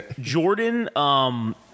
Jordan